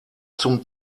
zum